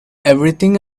everything